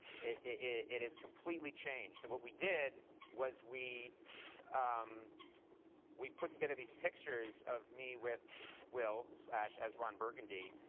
it is completely changed. so what we did was we um we put together these pictures of me with will as as ron burgundy,